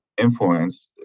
influenced